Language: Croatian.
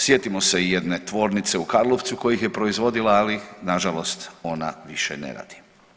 Sjetimo se i jedne tvornice u Karlovcu koja ih je proizvodila ali nažalost ona više ne radi.